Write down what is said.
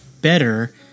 better